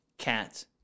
cat